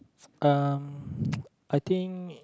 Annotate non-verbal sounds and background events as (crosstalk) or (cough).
um (noise) I think